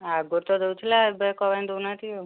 ଆଗରୁ ତ ଦେଉଥିଲେ ଏବେ କାହିଁକି ଦେଉନାହାଁନ୍ତି